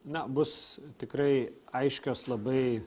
na bus tikrai aiškios labai